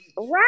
Right